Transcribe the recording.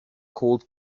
called